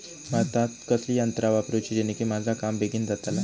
भातात कसली यांत्रा वापरुची जेनेकी माझा काम बेगीन जातला?